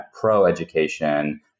pro-education